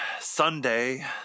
Sunday